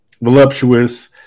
voluptuous